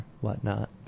whatnot